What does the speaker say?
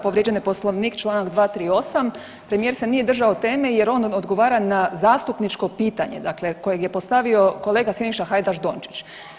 Povrijeđen je Poslovnik čl. 238. premijer se nije držao teme jer on odgovora na zastupničko pitanje kojeg je postavio kolega Siniša Hajdaš Dončić.